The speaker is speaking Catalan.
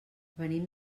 venim